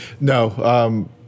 No